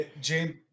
James